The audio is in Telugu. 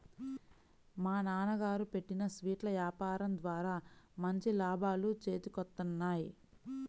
మా నాన్నగారు పెట్టిన స్వీట్ల యాపారం ద్వారా మంచి లాభాలు చేతికొత్తన్నాయి